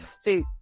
See